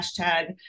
hashtag